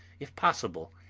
if possible,